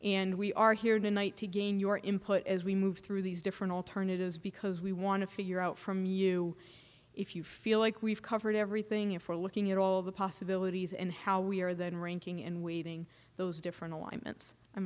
and we are here tonight to gain your input as we move through these different alternatives because we want to figure out from you if you feel like we've covered everything in for looking at all the possibilities and how we are then ranking in weighting those different alignments i'm